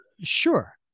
sure